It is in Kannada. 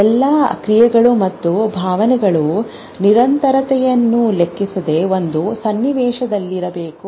ಎಲ್ಲಾ ಕ್ರಿಯೆಗಳು ಮತ್ತು ಭಾವನೆಗಳು ನಿರಂತರತೆಯನ್ನು ಲೆಕ್ಕಿಸದೆ ಒಂದು ಸನ್ನಿವೇಶದಲ್ಲಿರಬೇಕು